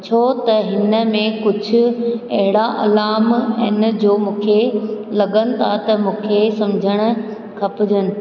छो त हिन में कुझु अहिड़ा अलाम आहिनि जो मूंखे लॻनि था त मूंखे सम्झणु खपजनि